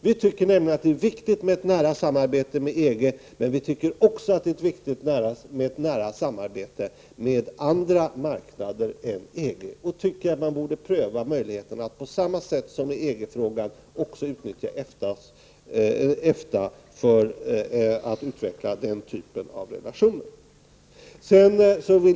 Vi tycker nämligen att det är viktigt med ett nära samarbete med EG, men vi tycker också att det är viktigt med ett nära samarbete med andra marknader än EG och tycker att man borde pröva möjligheten att på samma sätt som i EG-frågan utnyttja EFTA för att utveckla den typen av relationer.